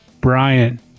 brian